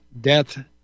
death